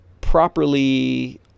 properly